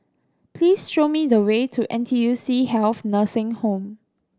please show me the way to N T U C Health Nursing Home